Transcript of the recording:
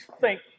Thank